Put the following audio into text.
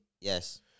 Yes